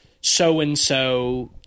so-and-so